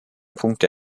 punkte